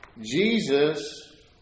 Jesus